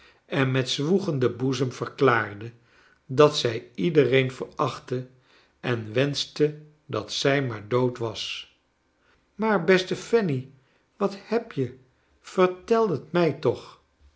en met zwoegenden boezem verklaarde dat zij ledereen verachtte en wenschte dat zij maar dood was maar beste fanny wat heb je vertel het mij toch